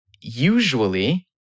usually